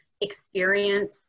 experience